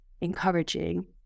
encouraging